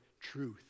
truth